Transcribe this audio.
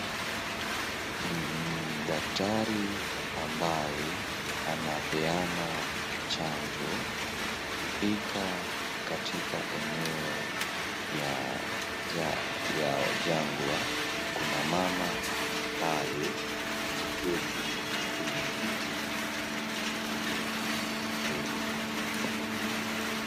Daktari ambaye anapeana chanjo, amefuka katika eneo ya jangwa, kuna mama ambaye ameketi kwenye kiti, akishikilia mtoto.